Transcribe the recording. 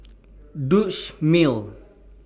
Dutch Mill